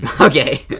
Okay